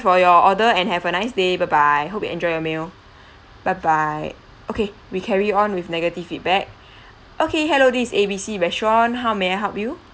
for your order and have a nice day bye bye hope you enjoy your meal bye bye okay we carry on with negative feedback okay hello this is A B C restaurant how may I help you